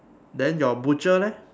then your butcher leh